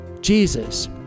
Jesus